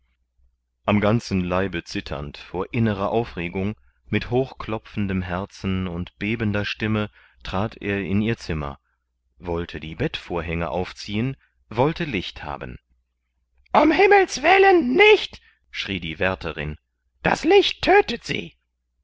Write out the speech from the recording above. am ganzen leibe zitternd vor innerer aufregung mit hochklopfendem herzen und bebender stimme trat er in ihr zimmer wollte die bettvorhänge aufziehen wollte licht haben ums himmelswillen nicht schrie die wärterin das licht tödtet sie